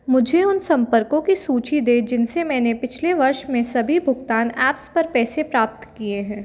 मुझे उन संपर्कों की सूचि दें जिनसे मैंने पिछले वर्ष में सभी भुगतान ऐप्स पर पैसे प्राप्त किए हैं